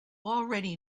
already